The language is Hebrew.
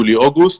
יולי ואוגוסט,